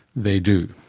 they do.